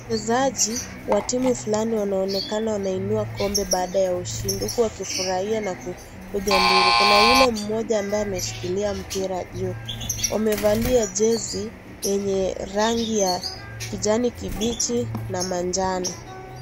Wachezaji wa timu fulani wanaonekana wanainua kombe baada ya ushindi, huku wakifurahia na kupiga nduru. Kuna yule mmoja ambaye ameshikilia mpira juu. Wamevalia jezi yenye rangi yenye ya kijani kibichi na manjano.